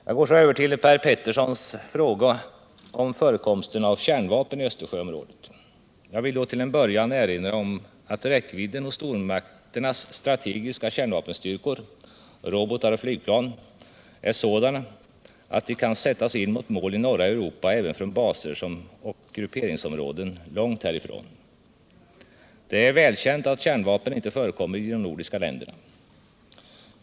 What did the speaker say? Jag går så över till Per Peterssons fråga om förekomsten av kärnvapen i Östersjöområdet. Jag vill då till en början erinra om att räckvidden hos stormakternas strategiska kärnvapenstyrkor — robotar och flygplan — är sådan att de kan sättas in mot mål i norra Europa även från baser och grupperingsområden långt härifrån. Det är välkänt att kärnvapen inte förekommer i de nordiska länderna.